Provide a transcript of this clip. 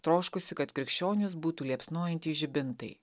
troškusi kad krikščionys būtų liepsnojantys žibintai